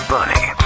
Bunny